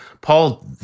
Paul